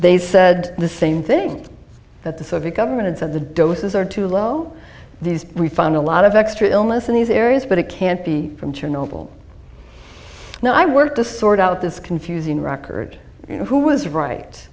they said the same thing that the soviet government at the doses are too low these we found a lot of extra illness in these areas but it can't be from chernobyl now i work to sort out this confusing record who was right